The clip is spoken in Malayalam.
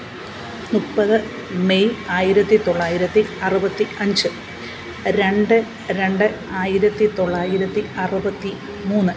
മുപ്പത് മെയ് ആയിരത്തിത്തൊള്ളായിരത്തി അറുപത്തി അഞ്ച് രണ്ട് രണ്ട് ആയിരത്തിത്തൊള്ളായിരത്തി അറുപത്തി മൂന്ന്